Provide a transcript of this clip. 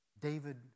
David